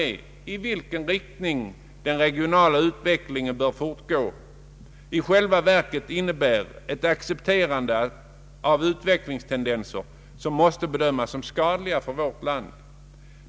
regionalpolitiken ange i vilken riktning den regionala utvecklingen bör fortgå i själva verket innebär ett accepterande av utvecklingstendenser som måste bedömas som skadliga för vårt land.